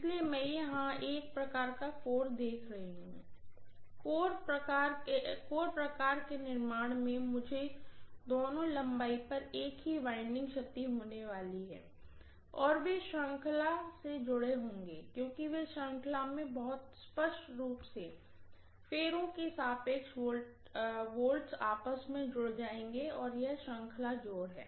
इसलिए मैं यहां एक कोर प्रकार को देख रहा हूं कोर प्रकार के निर्माण में मुझे दोनों लंबाई पर एक ही वाइंडिंग क्षति होने वाली है और वे श्रृंखला में जुड़े होंगे क्योंकि वे श्रृंखला में बहुत स्पष्ट रूप से टर्नटर्न के सापेक्ष वॉल्ट्ज आपस में जुड़ जायेंगे यह श्रृंखला जोड़ है